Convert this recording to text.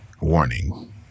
warning